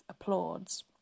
applauds